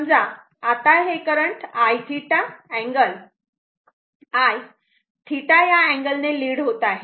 समजा आता हे करंट I θ या अँगल ने लीड होत आहे